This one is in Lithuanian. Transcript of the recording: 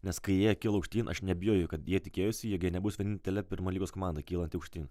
nes kai jie kilo aukštyn aš neabejoju kad jie tikėjosi jog jie nebus vienintelė pirma lygos komanda kylanti aukštyn